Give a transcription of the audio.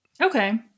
Okay